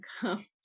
come